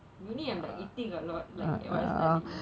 uni I'm like eating a lot like while studying